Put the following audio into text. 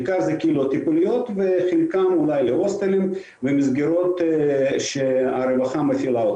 בעיקר קהילות טיפוליות וחלקם אולי להוסטלים ומסגרות שהרווחה מפעילה.